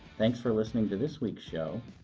thanks for listening to this week's show,